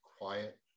quiet